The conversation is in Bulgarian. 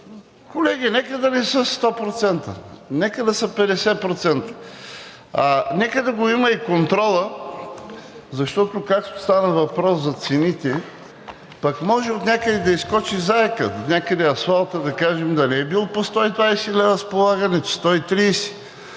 колеги, нека да не са 100%, нека да са 50%. Нека да го има и контрола, защото, както стана въпрос за цените, пък може и отнякъде да изскочи и заекът. Някъде асфалтът да кажем да не е бил по 120 лв. с полагането, 130?